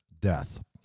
death